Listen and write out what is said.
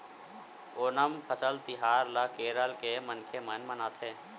ओनम फसल तिहार ल केरल के मनखे मन ह मनाथे